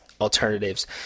alternatives